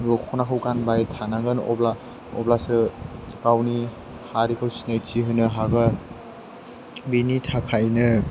दख'नाखौ गानबाय थानांगोन अब्लासो गावनि हारिखौ सिनायथि होनो हागोन बिनि थाखायनो